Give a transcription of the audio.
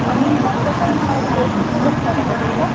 minimum decorate ಮಾಡೋದಿಕ್ಕೆ ಎಷ್ಟರಿಂದ ಸ್ಟಾರ್ಟಾಗುತ್ತೆ ಸರ್